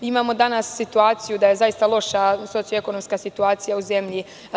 Imamo danas situaciju da je zaista loša socioekonomska situacija u zemlji.